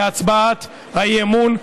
בהצבעת האי-אמון.